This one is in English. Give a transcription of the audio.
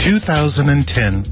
2010